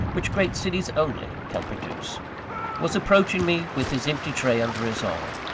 which great cities only can produce was approaching me with his empty tray under his arm.